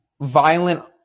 violent